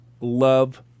love